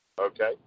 Okay